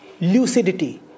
lucidity